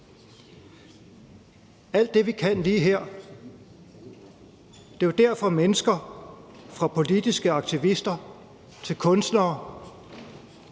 alt det, vi kan lige her. Det er jo derfor, at mennesker, fra politiske aktivister til kunstnere,